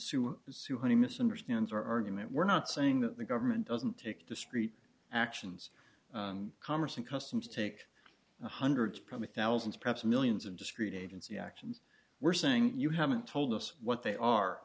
sue sue honey misunderstands our argument we're not saying that the government doesn't take the street actions commerce and customs take hundreds probably thousands perhaps millions of discreet agency actions were saying you haven't told us what they are